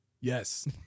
Yes